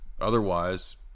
Otherwise